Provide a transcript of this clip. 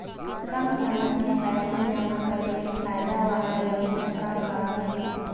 कम समय के पैसे जमा करे के फायदा वाला योजना का का हे?